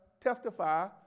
testify